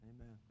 amen